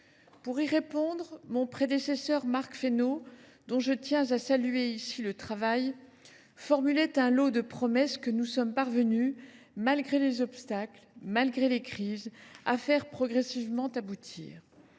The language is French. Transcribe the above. Pour y répondre, mon prédécesseur Marc Fesneau, dont je tiens à saluer ici le travail, formulait un lot de promesses que nous sommes parvenus, malgré les obstacles et les crises, à faire progressivement aboutir.